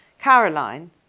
Caroline